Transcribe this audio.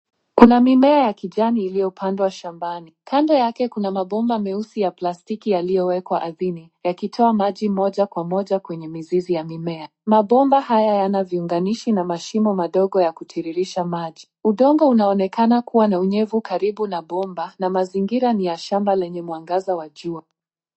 Kuna mimea ya kijani iliyopandwa shambani, kando yake kuna mabomba meusi ya plastiki yaliyowekwa ardhini, yakitoa maji moja kwa moja kwenye mizizi ya mimea. Mabomba haya yana viunganishi na mashimo madogo ya kutiririsha maji. Udongo unaonekana kuwa na unyevu karibu na bomba na mazingira ni ya shamba lenye mwangaza wa jua.